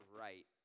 right